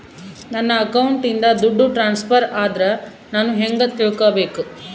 ನನ್ನ ಅಕೌಂಟಿಂದ ದುಡ್ಡು ಟ್ರಾನ್ಸ್ಫರ್ ಆದ್ರ ನಾನು ಹೆಂಗ ತಿಳಕಬೇಕು?